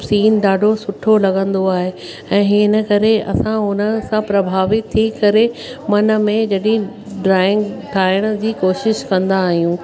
scene ॾाढो सुठो लॻंदो आहे ऐं हिन करे असां हुन सां प्रभावित थी करे मन में जॾहिं ड्रॉइंग ठाहिण जी कोशिश कंदा आहियूं